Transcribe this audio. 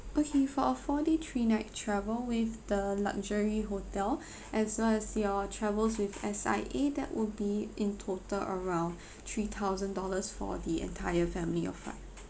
okay for a four day three night travel with the luxury hotel as well as your travels with S_I_A that will be in total around three thousand dollars for the entire family of five